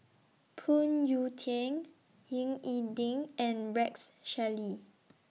Phoon Yew Tien Ying E Ding and Rex Shelley